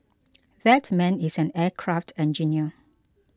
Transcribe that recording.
that man is an aircraft engineer